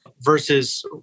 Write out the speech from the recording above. versus